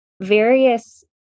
various